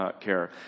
care